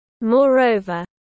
Moreover